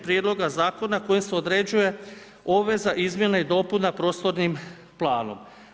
Prijedloga Zakona kojim se određuje obveza izmjene i dopune prostornim planom.